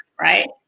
right